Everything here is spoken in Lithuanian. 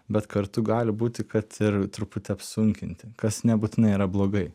bet kartu gali būti kad ir truputį apsunkinti kas nebūtinai yra blogai